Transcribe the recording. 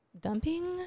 dumping